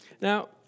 Now